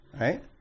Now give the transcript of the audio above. Right